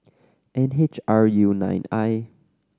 N H R U nine I